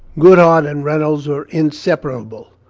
goodhart and reynolds were inseparable.